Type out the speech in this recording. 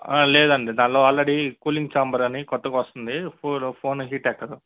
లేదండి దాంట్లో already cooling chamber అని కొత్తగా వస్తుంది ఫో ఫోన్ హీట్ ఎక్కదు